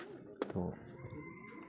ᱛᱚ